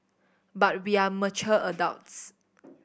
but we are mature adults